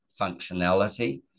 functionality